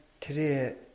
today